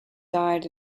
died